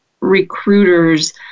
recruiters